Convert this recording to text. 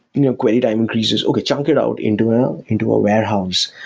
you know query time increases. okay, chunk it out into out into a warehouse.